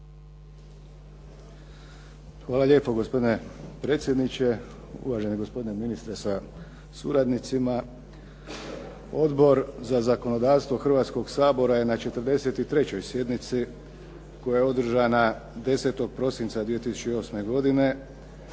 Hvala lijepo gospodine predsjedniče, uvaženi gospodine ministre sa suradnicima, Odbor za zakonodavstvo Hrvatskoga sabora je na 43. sjednici koja je održana 10. prosinca 2008. godine